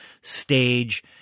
stage